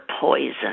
poison